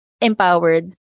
empowered